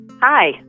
Hi